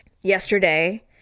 Yesterday